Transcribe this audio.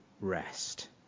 rest